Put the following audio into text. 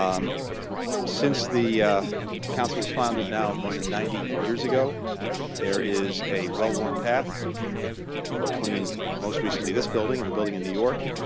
um since the council was founded now more than ninety years ago there is a well worn path between most recently this building and the building in new york,